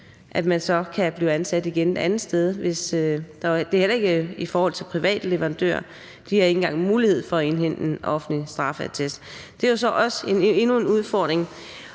at man kan blive ansat igen et andet sted. Det er det heller ikke i forhold til private leverandører; de har ikke engang mulighed for at indhente en offentlig straffeattest. Det er jo så også endnu en udfordring.